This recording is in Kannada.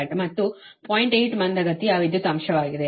8 ಮಂದಗತಿಯ ವಿದ್ಯುತ್ ಅಂಶವಾಗಿದೆ